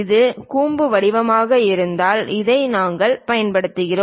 இது கூம்பு வடிவமாக இருந்தால் இதை நாங்கள் பயன்படுத்துகிறோம்